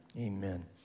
amen